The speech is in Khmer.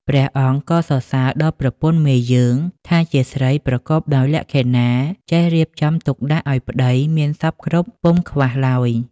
ព្រះអង្គក៏សរសើរដល់ប្រពន្ធមាយើងថាជាស្រីប្រកបដោយលក្ខិណាចេះរៀបចំទុកដាក់ឱ្យប្តីមានសព្វគ្រប់ពុំខ្វះឡើយ។